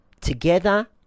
Together